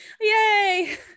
Yay